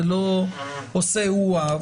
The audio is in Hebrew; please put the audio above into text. זה לא עושה אירוע,